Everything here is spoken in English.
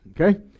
okay